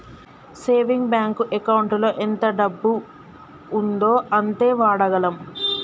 saving bank ఎకౌంటులో ఎంత డబ్బు ఉందో అంతే వాడగలం